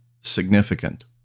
significant